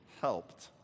helped